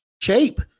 shape